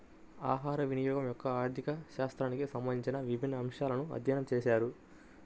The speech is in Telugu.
ఆహారవినియోగం యొక్క ఆర్థిక శాస్త్రానికి సంబంధించిన విభిన్న అంశాలను అధ్యయనం చేశారు